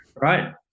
Right